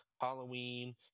Halloween